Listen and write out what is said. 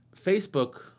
Facebook